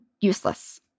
useless